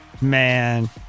Man